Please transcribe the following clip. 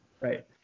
Right